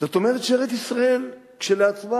זאת אומרת שארץ-ישראל כשלעצמה